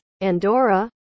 Andorra